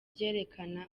byerekana